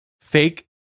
fake